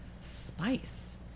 spice